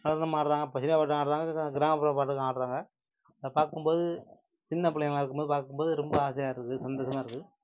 அதுமாதிரி தாங்க இப்போது சினிமா பாட்டுக்கும் ஆடுறாங்க கிராமப்புற பாட்டுக்கும் ஆடுறாங்க அதை பார்க்கும்போது சின்ன புள்ளைங்களாக இருக்கும்போது பார்க்கும்போது ரொம்ப ஆசையாக இருக்குது சந்தோஷமாக இருக்குது